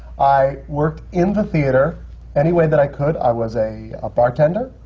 i worked in the theatre any way that i could. i was a ah bartender.